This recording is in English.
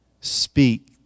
speak